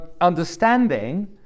understanding